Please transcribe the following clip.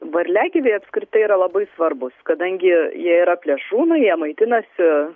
varliagyviai apskritai yra labai svarbūs kadangi jie yra plėšrūnai jie maitinasi